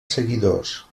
seguidors